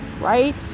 right